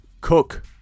Cook